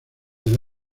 del